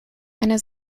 eine